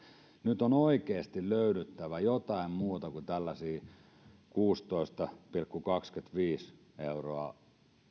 nyt on oikeasti löydyttävä jotain muuta kuin tällaisia kuusitoista pilkku kaksikymmentäviisi euroa